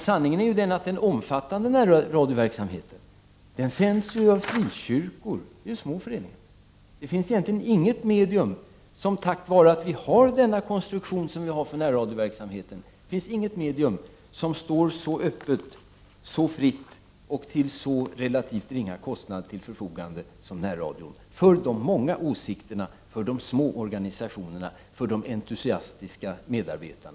Sanningen är ju den att den omfattande närradioverksamheten bedrivs inom frikyrkor. Och det är ju små föreningar. Det finns egentligen inget medium som för de många åsikterna, de små organisationerna och de entusiastiska medarbetarna är så öppet och fritt och står till förfogande till så relativt ringa kostnad som närradion. Och detta är fallet tack vare att vi har den konstruktion vi nu har vad gäller närradioverksamheten.